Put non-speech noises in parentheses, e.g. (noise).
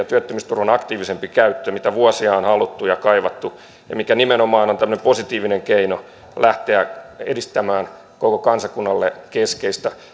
(unintelligible) työttömyysturvan aktiivisempi käyttö mitä vuosia on haluttu ja kaivattu ja mikä nimenomaan on tämmöinen positiivinen keino lähteä edistämään koko kansakunnalle keskeistä